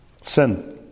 Sin